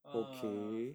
ah